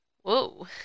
whoa